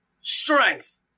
strength